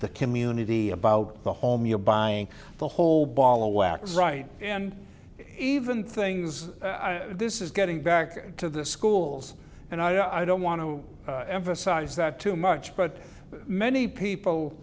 the community about the home you're buying the whole ball of wax right and even things this is getting back to the schools and i don't want to emphasize that too much but many people